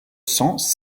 cents